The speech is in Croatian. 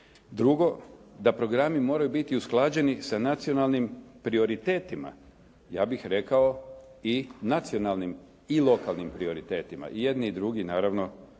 Drugo, da programi moraju biti usklađeni sa nacionalnim prioritetima. Ja bih rekao i nacionalnim i lokalnim prioritetima. I jedni i drugi, naravno